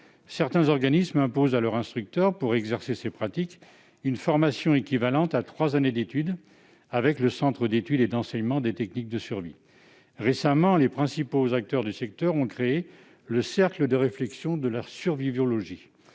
Certains organismes imposent à leurs instructeurs, pour exercer ces pratiques, une formation équivalente à trois années d'études, avec le Centre d'études et d'enseignement des techniques de survie. Récemment, les principaux acteurs du secteur ont créé le « Cercle de réflexion sur la survivologie